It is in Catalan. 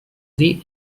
dir